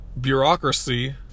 bureaucracy